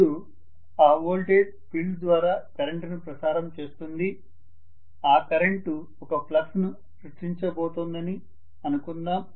ఇప్పుడు ఆ voltage field ద్వారా కరెంటును ప్రసారం చేస్తుంది ఆ కరెంటు ఒక ఫ్లక్స్ ను సృష్టించబోతోందని అనుకుందాం